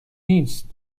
نیست